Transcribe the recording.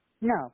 No